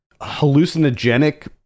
Hallucinogenic